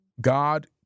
God